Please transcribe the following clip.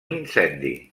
incendi